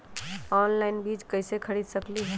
Online बीज कईसे खरीद सकली ह?